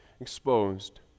exposed